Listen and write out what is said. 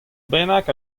bennak